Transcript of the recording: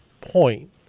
point